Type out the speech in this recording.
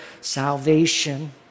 salvation